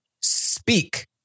speak